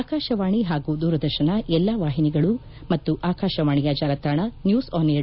ಆಕಾಶವಾಣಿ ಹಾಗೂ ದೂರದರ್ಶನದ ಎಲ್ಲಾ ವಾಹಿನಿಗಳು ಮತ್ತು ಆಕಾಶವಾಣಿಯ ಜಾಲತಾಣ ನ್ಯೂಸ್ ಆನ್ ಏರ್